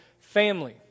family